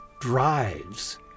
drives